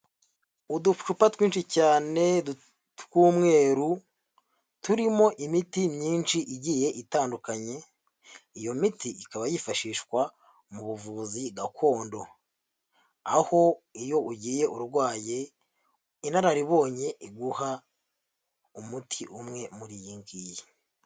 Uducupa twinshi cyane tw'umweru turimo imiti myinshi igiye itandukanye, iyo miti ikaba yifashishwa mu buvuzi gakondo, aho iyo ugiye urwaye inararibonye iguha umuti umwe muri iyi ngiyi.